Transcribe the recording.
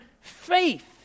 faith